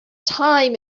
time